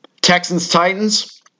Texans-Titans